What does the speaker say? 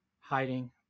hiding